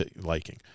liking